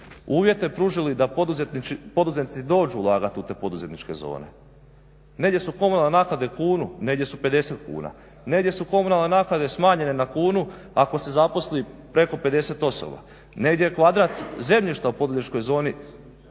uvjete pružili da poduzetnici dođu ulagati u te poduzetničke zone. Negdje su komunalne naknade kunu, negdje su 50 kuna. Negdje su komunalne naknade smanjene na kunu ako se zaposli preko 50 osoba. Negdje je kvadrat zemljišta u poduzetničkoj zoni,